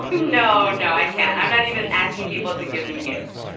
no, no, i can't. i'm not even asking people to give me gifts.